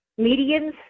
medians